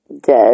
dead